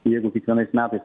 jeigu kiekvienais metais